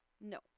No